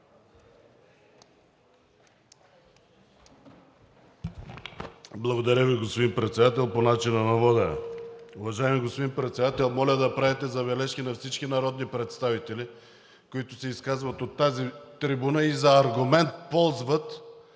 Благодаря Ви, господин Председател, по начина на водене. Уважаеми господин Председател, моля да правите забележки на всички народни представители, които се изказват от тази трибуна, за аргумент ползват